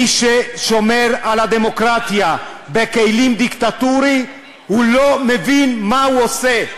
מי ששומר על הדמוקרטיה בכלים דיקטטוריים אינו מבין מה הוא עושה,